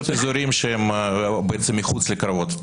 יש עוד אזורים שהם מחוץ לקרבות,